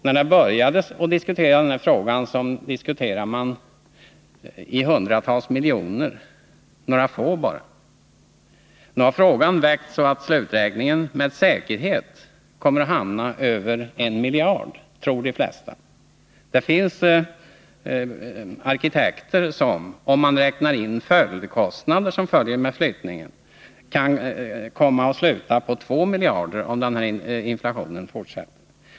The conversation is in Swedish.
När vi började diskutera den talade man om några få hundratal miljoner. Nu har frågan växt så att sluträkningen med säkerhet kommer att hamna över 1 miljard; det tror de flesta. Det finns arkitekter som säger att om man räknar in följdkostnader som flyttningen drar med sig kan räkningen komma att sluta på 2 miljarder, om inflationen fortsätter.